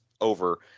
over